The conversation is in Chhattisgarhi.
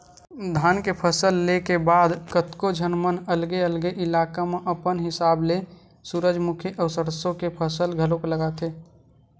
धान के फसल ले के बाद कतको झन मन अलगे अलगे इलाका मन म अपन हिसाब ले सूरजमुखी अउ सरसो के फसल घलोक लेथे